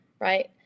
right